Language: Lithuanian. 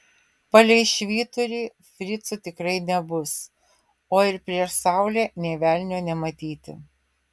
palei švyturį fricų tikrai nebus o ir prieš saulę nė velnio nematyti